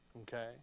Okay